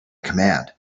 command